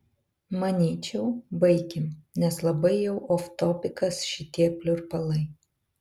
manyčiau baikim nes labai jau oftopikas šitie pliurpalai